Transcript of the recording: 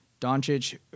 Doncic